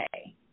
Okay